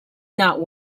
not